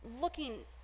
looking